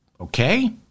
Okay